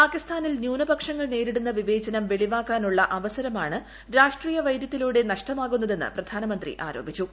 പാകിസ്ഥാനിൽ ന്യൂനപക്ഷങ്ങൾ നേരിടുന്ന വിവേചനം വെളിവാക്കാനുള്ള അവസരമാണ് രാഷ്ട്രീയ വൈര്യത്തിലൂടെ നഷ്ടമാക്കുന്നതെന്ന് പ്രധാനമന്ത്രി ആരോപിച്ചു